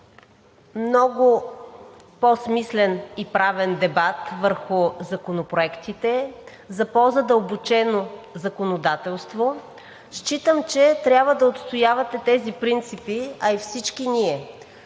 много по-смислен и правен дебат върху законопроектите, за по-задълбочено законодателство. Считам, че трябва да отстоявате тези принципи, а и всички ние.